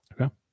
Okay